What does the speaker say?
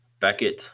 Beckett